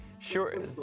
Sure